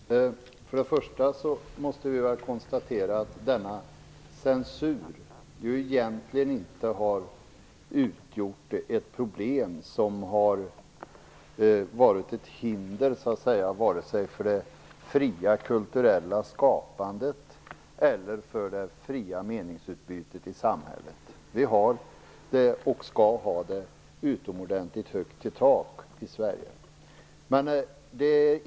Herr talman! Först och främst måste vi konstatera att denna censur egentligen inte har varit ett hinder för vare sig det fria, kulturella skapandet eller det fria meningsutbytet i samhället. Vi har och skall ha utomordentligt högt i tak i Sverige.